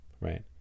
right